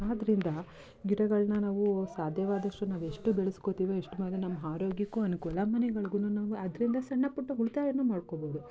ಆದ್ದರಿಂದ ಗಿಡಗಳನ್ನ ನಾವು ಸಾಧ್ಯವಾದಷ್ಟು ನಾವು ಎಷ್ಟು ಬೆಳೆಸ್ಕೊಳ್ತಿವೊ ಎಷ್ಟು ನಮ್ಮ ಆರೋಗ್ಯಕ್ಕೂ ಅನುಕೂಲ ಮನೆಗಳಿಗೂನು ನಾವು ಅದರಿಂದ ಸಣ್ಣಪುಟ್ಟ ಉಳಿತಾಯವನ್ನು ಮಾಡ್ಕೊಳ್ಬೋದು